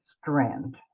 Strand